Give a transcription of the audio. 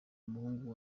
umuhungu